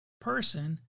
person